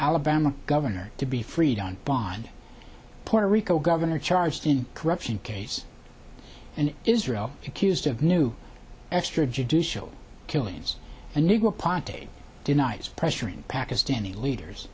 alabama governor to be freed on bond puerto rico governor charged in corruption case and israel accused of new extrajudicial killings a nigger party denies pressuring pakistani leaders